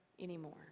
anymore